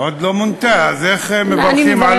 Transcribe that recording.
עוד לא מונתה, אז איך מברכים על,